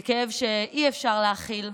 זה כאב שאי-אפשר להכיל,